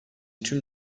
tüm